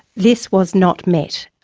this was not met,